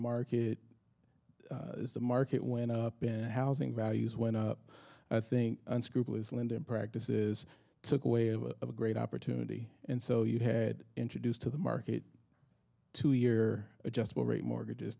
market as the market went up and housing values went up i think unscrupulous lending practices took away a great opportunity and so you had introduced to the market two year adjustable rate mortgages